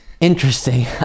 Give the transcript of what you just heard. interesting